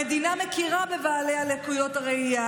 המדינה מכירה בבעלי לקויות הראייה,